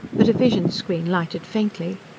but a vision screen lighted faintly.